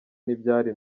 ntibyari